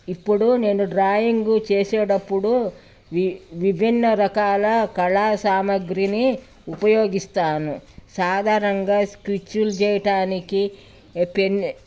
ఇప్పుడు నేను డ్రాయింగు చేసేటప్పుడు వి విభిన్న రకాల కళా సామాగ్రిని ఉపయోగిస్తాను సాధారణంగా స్కెచ్లు గీయటానికి పెన్